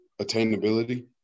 attainability